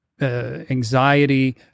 anxiety